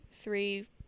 Three